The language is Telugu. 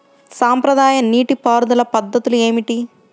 సాంప్రదాయ నీటి పారుదల పద్ధతులు ఏమిటి?